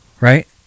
right